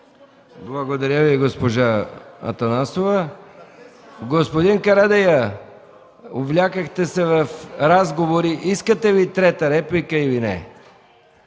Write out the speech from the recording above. Благодаря, госпожо Атанасова. Господин Карадайъ, увлякохте се в разговори. Искате ли трета реплика или не?